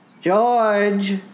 George